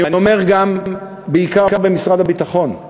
אני אומר גם, בעיקר במשרד הביטחון,